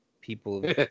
people